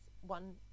one